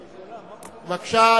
בבקשה.